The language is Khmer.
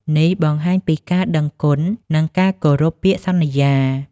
នេះបង្ហាញពីការដឹងគុណ និងការគោរពពាក្យសន្យា។